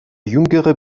jüngere